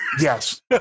yes